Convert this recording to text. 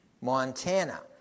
Montana